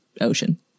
ocean